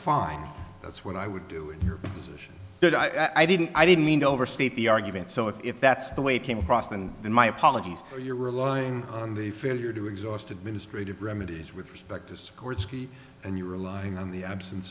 fine that's what i would do in your position that i didn't i didn't mean to overstate the argument so if that's the way it came across than in my apologies or you're relying on the failure to exhaust administrative remedies with respect to scored ski and you're relying on the absence